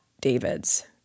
David's